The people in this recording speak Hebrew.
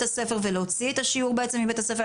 הספר ולהוציא את השיעור מבית הספר,